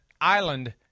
island